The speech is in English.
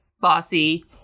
bossy